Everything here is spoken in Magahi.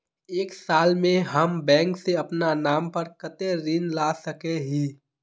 एक साल में हम बैंक से अपना नाम पर कते ऋण ला सके हिय?